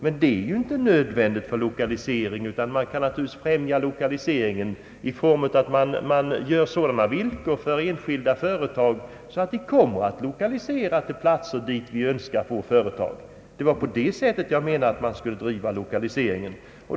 Men det är ju inte nödvändigt, utan lokaliseringen kan främjas genom att man bereder enskilda företag sådana villkor att de lokaliserar sin verksamhet till de platser vi önskar. Det var på det sättet jag menade att man skulle driva lokaliseringen.